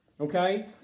okay